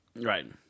Right